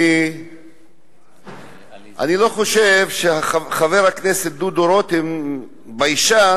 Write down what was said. אני לא חושב שחבר הכנסת דודו רותם ביישן